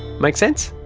make sense?